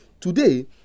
Today